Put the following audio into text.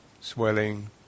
swelling